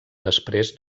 després